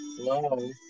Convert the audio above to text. Hello